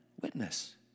witness